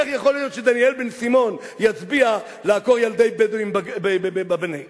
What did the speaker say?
איך יכול להיות שדניאל בן-סימון יצביע לעקור ילדי בדואים בנגב?